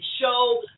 show